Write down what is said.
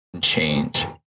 change